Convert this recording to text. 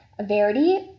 Verity